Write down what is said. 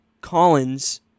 Collins